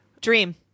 Dream